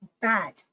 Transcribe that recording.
bad